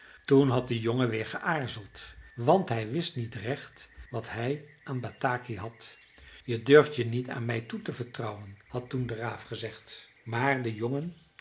toen had de jongen weer geaarzeld want hij wist niet recht wat hij aan bataki had je durft je niet aan mij toe te vertrouwen had toen de raaf gezegd maar de jongen